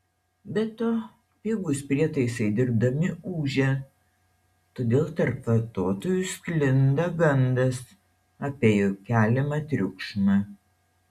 be to pigūs prietaisai dirbdami ūžia todėl tarp vartotojų sklinda gandas apie jų keliamą triukšmą